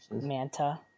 manta